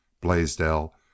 Blaisdell